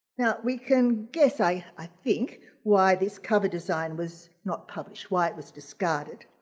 now we can guess i i think why this cover design was not published. why it was discarded.